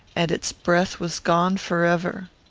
and its breath was gone forever!